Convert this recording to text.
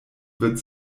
wird